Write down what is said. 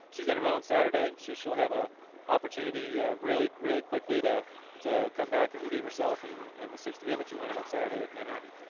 she's going to run on saturday, so she'll have an ah opportunity really really quickly to to come back and redeem herself and in the sixty and two hundred on saturday in manhattan.